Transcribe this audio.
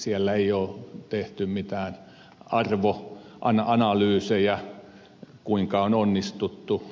siellä ei ole tehty mitään arvoanalyysejä kuinka on onnistuttu